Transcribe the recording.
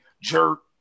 jerk